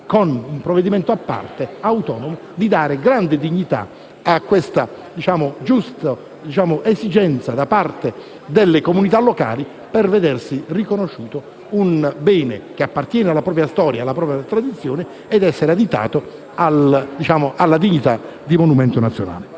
con un provvedimento a parte, avremmo avuto l'opportunità di dare grande dignità a questa giusta esigenza da parte delle comunità locali, per veder riconosciuto un bene che appartiene alla propria storia e alla propria tradizione, elevato alla dignità di monumento nazionale.